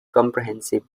comprehensive